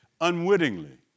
unwittingly